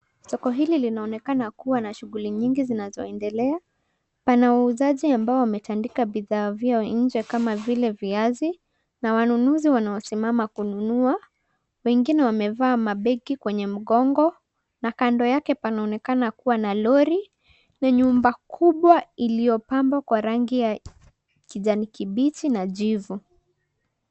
Soko hili linaonekana kuwa na shughuli nyingi zinazoendelea. Pana wauzaji ambao wametandika bidhaa vyao nje kama vile viazi na wanunuzi wanaosimama kununua, wengine wamevaa mabegi kwenye mgongo na kando yake panaonekana kuwa na lori na nyumba kubwa iliyopambwa kwa rangi ya kijani kibichi na jivu.